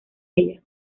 ella